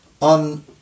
on